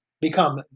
become